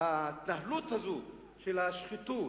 ההתנהלות הזאת של השחיתות,